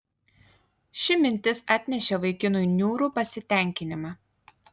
ši mintis atnešė vaikinui niūrų pasitenkinimą